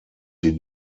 sie